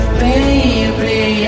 baby